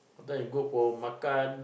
after that go for makan